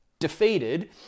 defeated